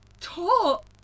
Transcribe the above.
Tall